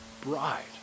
bride